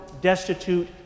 destitute